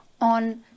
on